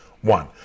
One